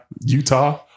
Utah